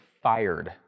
fired